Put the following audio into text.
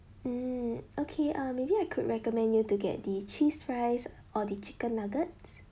mm okay uh maybe I could recommend you to get the cheese fries or the chicken nuggets